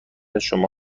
شما